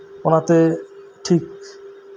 ᱚᱱᱟᱛᱮ ᱴᱷᱤᱠ